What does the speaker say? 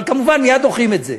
אבל כמובן מייד דוחים את זה.